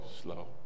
slow